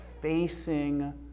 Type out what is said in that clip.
facing